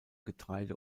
getreide